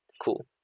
cool